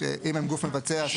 אם הם גוף מבצע,